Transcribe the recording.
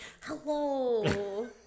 hello